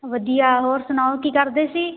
ਵਧੀਆ ਹੋਰ ਸੁਣਾਓ ਕੀ ਕਰਦੇ ਸੀ